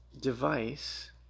device